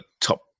top